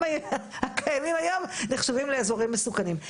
הקיימים היום נחשבים לאזורים מסוכנים.